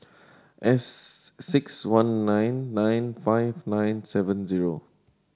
S six one nine nine five nine seven zero